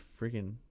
freaking